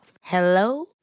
Hello